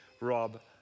rob